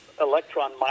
electron